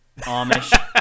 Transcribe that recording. Amish